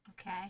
Okay